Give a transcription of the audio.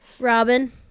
robin